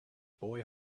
boy